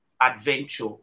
adventure